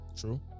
True